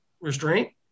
restraint